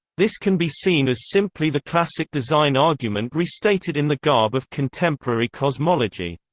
this can be seen as simply the classic design argument restated in the garb of contemporary cosmology.